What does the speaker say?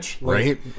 Right